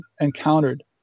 encountered